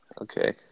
Okay